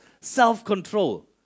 self-control